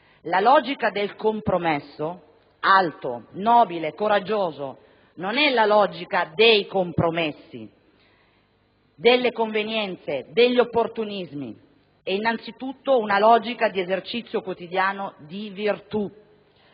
La logica del «compromesso» - alto, nobile, coraggioso - non è la logica dei «compromessi», delle convenienze, degli opportunismi. È innanzitutto una logica di esercizio quotidiano di virtù.